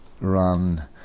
run